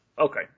Okay